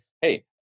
hey